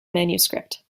manuscript